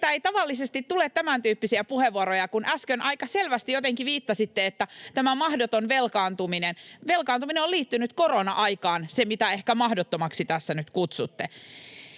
teiltä ei tavallisesti tule tämäntyyppisiä puheenvuoroja, kuten äsken aika selvästi jotenkin viittasitte, että tämä on mahdoton velkaantuminen. Velkaantuminen on liittynyt korona-aikaan — se, mitä ehkä mahdottomaksi tässä nyt kutsutte.